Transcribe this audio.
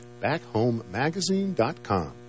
backhomemagazine.com